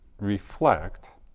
reflect